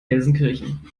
gelsenkirchen